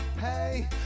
Hey